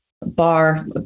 Bar